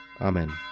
Amen